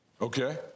Okay